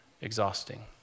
exhausting